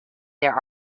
their